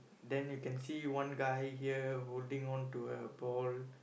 then you can see one guy here holding onto a ball